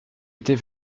était